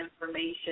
information